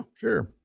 sure